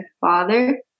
father